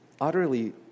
utterly